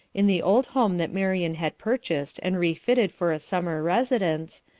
in the old home that marian had purchased and refitted for a summer residence,